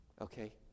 okay